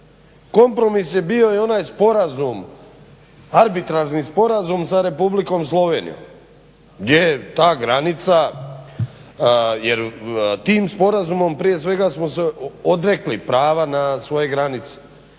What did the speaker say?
Kompromis je bio i onaj sporazum arbitražni sporazum sa Republikom Slovenijom jer tim sporazumom prije svega smo se odrekli prava na svoje granice